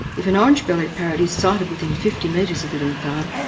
if an orange-bellied parrot is sighted within fifty metres of the wind farm,